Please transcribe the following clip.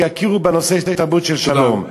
שיכירו בנושא תרבות של שלום.